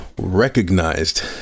recognized